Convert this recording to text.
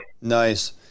Nice